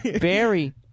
Barry